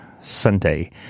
Sunday